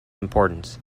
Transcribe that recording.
importance